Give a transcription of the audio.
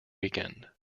weekend